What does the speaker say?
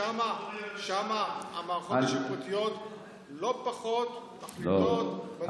שם המערכות השיפוטיות לא פחות מחליטות בנושאים,